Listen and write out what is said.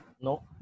No